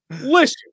Listen